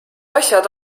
asjad